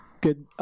Good